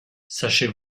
sachez